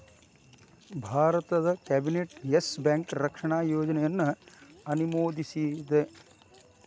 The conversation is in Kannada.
ಭಾರತದ್ ಕ್ಯಾಬಿನೆಟ್ ಯೆಸ್ ಬ್ಯಾಂಕ್ ರಕ್ಷಣಾ ಯೋಜನೆಯನ್ನ ಅನುಮೋದಿಸೇದ್